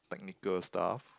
technical stuff